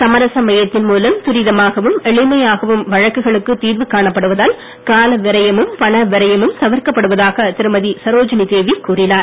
சமரச மையத்தின் மூலம் துரிதமாகவும் எளிமையாகவும் வழக்குகளுக்கு தீர்வு காணப்படுவதால் கால விரயமும் பண விரயமும் தவிர்க்கப்படுவதாக திருமதி சரோஜினி தேவி கூறினார்